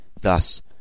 Thus